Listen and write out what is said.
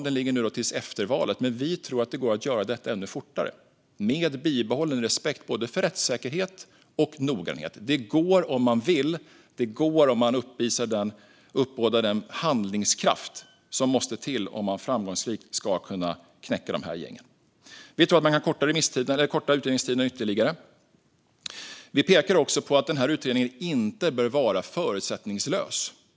Den ligger nu till efter valet, men vi tror att det går att göra detta ännu fortare med bibehållen respekt för både rättssäkerhet och noggrannhet. Det går om man vill, och det går om man uppbådar den handlingskraft som måste till om man framgångsrikt ska kunna knäcka de här gängen. Vi tror alltså att man kan korta utredningstiderna ytterligare, och vi pekar även på att utredningen inte bör vara förutsättningslös.